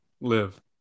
live